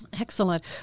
Excellent